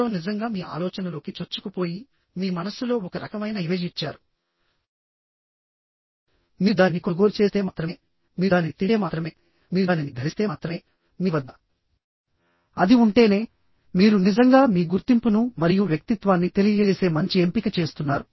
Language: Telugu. ఎవరో నిజంగా మీ ఆలోచనలోకి చొచ్చుకుపోయి మీ మనస్సులో ఒక రకమైన ఇమేజ్ ఇచ్చారు మీరు దానిని కొనుగోలు చేస్తే మాత్రమే మీరు దానిని తింటే మాత్రమే మీరు దానిని ధరిస్తే మాత్రమే మీ వద్ద అది ఉంటేనే మీరు నిజంగా మీ గుర్తింపును మరియు వ్యక్తిత్వాన్ని తెలియజేసే మంచి ఎంపిక చేస్తున్నారు